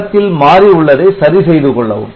படத்தில் மாறி உள்ளதை சரி செய்து கொள்ளவும்